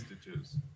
stitches